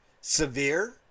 severe